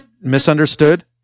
Misunderstood